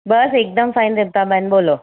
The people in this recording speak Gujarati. બસ એકદમ ફાઇન રિપતાબેન બોલો